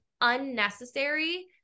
unnecessary